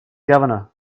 governor